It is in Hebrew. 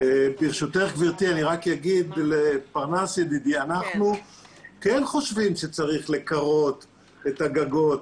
אומר לפרנס ידידי אנחנו כן חושבים שצריך לקרות את הגגות